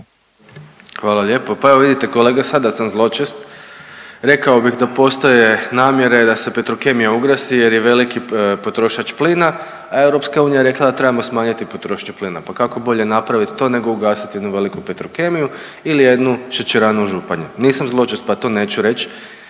Hvala lijepo. Pa evo vidite kolega sad da sam zločest rekao bih da postoje namjere da se Petrokemija ugasi jer je veliki potrošač plina, a EU je rekla da trebamo smanjiti potrošnju plina, pa kako bolje napravit to nego ugasit jednu veliku Petrokemiju ili jednu šećeranu u Županji, nisam zločest pa to neću reć.